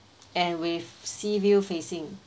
and with sea view facing